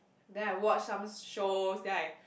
then I watch some show then I